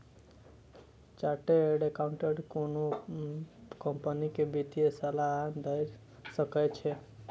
chartered accountant कोनो company कें वित्तीय सलाह दए सकै छै